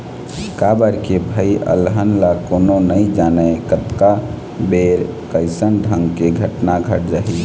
काबर के भई अलहन ल कोनो नइ जानय कतका बेर कइसन ढंग के घटना घट जाही